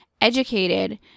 educated